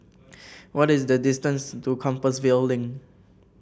what is the distance to Compassvale Link